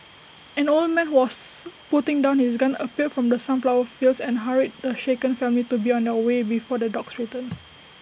an old man who was putting down his gun appeared from the sunflower fields and hurried the shaken family to be on their way before the dogs return